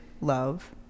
Love